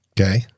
Okay